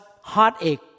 heartache